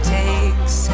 takes